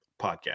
Podcast